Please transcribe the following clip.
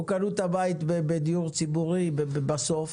או קנו את הבית בדיור ציבורי, וזהו.